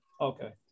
Okay